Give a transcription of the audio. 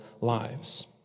lives